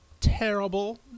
terrible